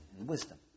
wisdom